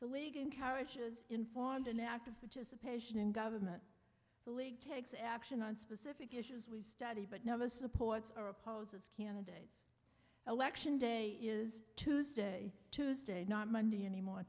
the league encourages informed and active participation in government the league takes action on specific issues we study but none of us supports or opposes candidates election day is tuesday tuesday not monday anymore